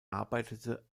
arbeitete